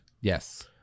Yes